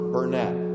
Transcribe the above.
Burnett